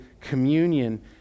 communion